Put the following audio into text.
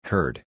Heard